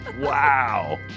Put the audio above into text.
wow